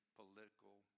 political